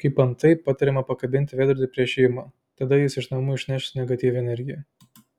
kaip antai patariama pakabinti veidrodį prieš įėjimą tada jis iš namų išneš negatyvią energiją